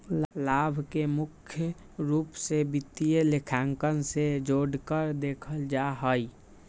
लाभ के मुख्य रूप से वित्तीय लेखांकन से जोडकर देखल जा हई